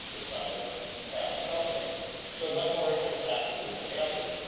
the son of a so spanish stonemason, showed much more interest and aptitude than the others.